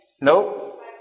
Nope